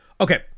okay